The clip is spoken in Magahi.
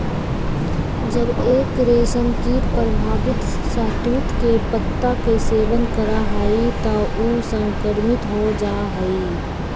जब एक रेशमकीट प्रभावित शहतूत के पत्ता के सेवन करा हई त ऊ संक्रमित हो जा हई